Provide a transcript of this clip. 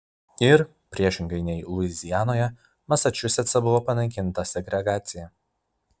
ir priešingai nei luizianoje masačusetse buvo panaikinta segregacija